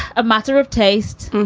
a matter of taste. and